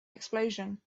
explosion